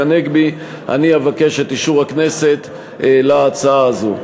הנגבי אני אבקש את אישור הכנסת להצעה הזאת.